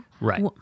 right